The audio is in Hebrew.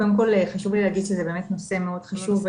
קודם כל חשוב לי להגיש שזה באמת נושא מאוד חשוב,